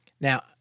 Now